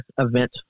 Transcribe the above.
event